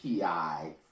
PI